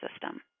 system